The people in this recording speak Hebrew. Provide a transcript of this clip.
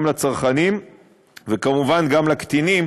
גם לצרכנים וכמובן גם לקטינים,